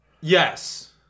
Yes